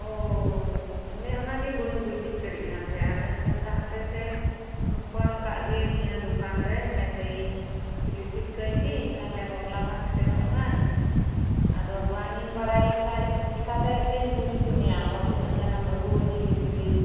ᱳᱚᱻ ᱚᱱᱮ ᱚᱱᱟ ᱜᱮ ᱵᱟᱹᱧ ᱵᱩᱡ ᱫᱟᱹᱲᱮᱭᱟᱜ ᱠᱟᱱ ᱛᱟᱦᱮᱸᱫ ᱟᱫᱩᱧ ᱢᱮᱱ ᱮᱫᱟ ᱦᱟᱯᱮᱥᱮ ᱯᱷᱳᱱ ᱠᱟᱜ ᱜᱮ ᱱᱤᱭᱟᱹ ᱫᱚᱠᱟᱱ ᱨᱮ ᱢᱮᱱᱫᱟᱹᱧ ᱠᱩᱞᱤ ᱴᱷᱤᱠ ᱠᱟᱹᱭ ᱜᱤᱧ ᱛᱟᱦᱚᱞᱮ ᱵᱟᱯᱞᱟ ᱢᱟ ᱥᱮᱴᱮᱨᱚᱜ ᱠᱟᱱ ᱟᱫᱚ ᱵᱟᱝ ᱤᱧ ᱵᱟᱲᱟᱭ ᱞᱮᱷᱟᱱ ᱪᱮᱠᱟᱛᱮ ᱮᱛᱮ ᱵᱩᱡ ᱚᱪᱚ ᱢᱮᱭᱟ ᱟᱢᱦᱚᱸ ᱛᱤᱱᱟᱹ ᱜᱟᱱᱮᱢ ᱟᱹᱜᱩᱣᱟᱹᱧᱟᱹ ᱠᱤᱪᱨᱤᱡ